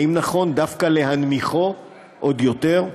האם נכון דווקא להנמיכו עוד יותר?